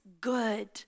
good